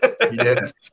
Yes